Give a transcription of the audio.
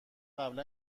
قبلا